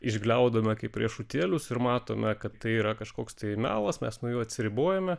išgliaudome kaip riešutėlius ir matome kad tai yra kažkoks tai melas mes nuo jų atsiribojame